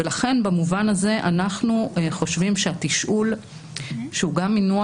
לכן במובן הזה אנחנו חושבים שהתשאול שהוא גם מינוח